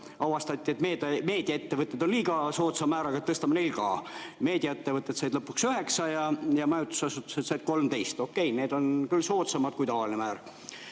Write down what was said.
avastati, et meediaettevõtted on ka liiga soodsa määraga, tõstame neil ka. Meediaettevõtted said lõpuks 9% ja majutusasutused said 13%. Okei, need on küll soodsamad kui tavaline määr,